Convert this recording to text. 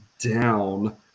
down